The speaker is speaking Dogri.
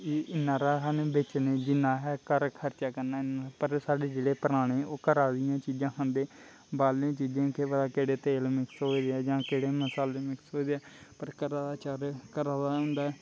एह् इन्ना हारा हा में बेचने गी में घर खर्चा करना पर साढ़े जेह्ड़े पराने ओह् घरा दियां चीजां खंदे बाह्रलियें चीजें गी केह् पता केह्ड़े तेल मिक्स होए दे जां केह्ड़े मसाले मिक्स होए दे पर घरा दा चा'र घरा दा गै होंदा ऐ